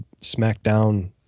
SmackDown